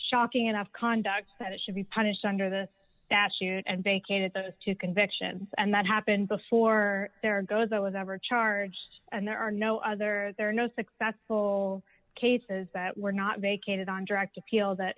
shocking enough conduct that it should be punished under the statute and vacated those two convictions and that happened before there goes that was ever charged and there are no other there are no successful cases that were not vacated on direct appeal that